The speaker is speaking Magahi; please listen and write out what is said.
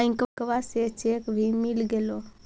बैंकवा से चेक भी मिलगेलो?